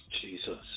Jesus